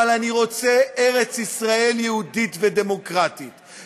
אבל אני רוצה ארץ ישראל יהודית ודמוקרטית,